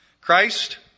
Christ